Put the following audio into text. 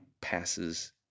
passes